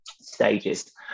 stages